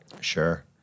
Sure